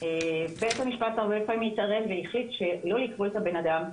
בית המשפט הרבה פעמים התערב והחליט שלא לכבול את הבן אדם,